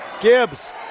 Gibbs